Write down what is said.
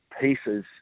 pieces